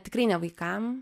tikrai ne vaikam